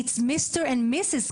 הם נקראים Mister ו-Missis,